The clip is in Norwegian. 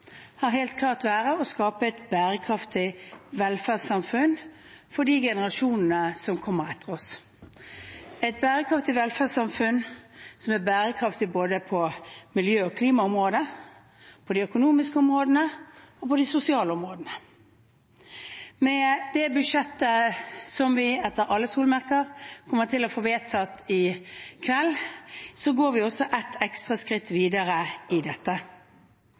har helt klart vært å skape et bærekraftig velferdssamfunn for de generasjonene som kommer etter oss, et samfunn som er bærekraftig både på miljø- og klimaområdet, på de økonomiske områdene og på de sosiale områdene. Med det budsjettet som vi etter alle solemerker kommer til å få vedtatt i kveld, går vi også et ekstra skritt videre i dette.